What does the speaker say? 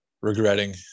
regretting